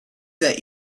that